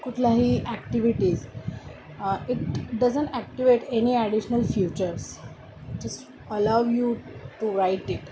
कुठल्याही activities it doesn't activate any additional features it allow you to write it